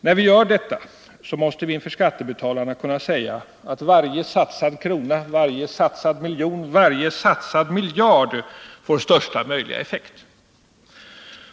När vi gör detta måste vi inför skattebetalarna kunna säga att varje satsad krona, varje satsad miljon, varje satsad miljard får största möjliga effekt.